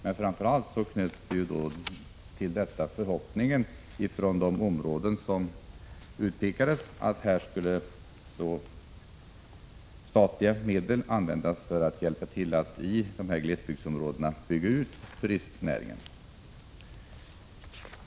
Men framför allt knöts till detta förhoppningen ifrån de områden som utpekades att här skulle statliga medel användas för att hjälpa till att i dessa glesbygdsområden bygga ut bristnäringen.